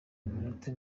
iminota